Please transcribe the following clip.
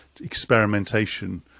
experimentation